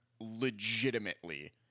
legitimately